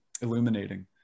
illuminating